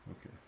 Okay